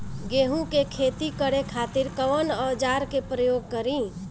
गेहूं के खेती करे खातिर कवन औजार के प्रयोग करी?